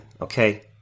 okay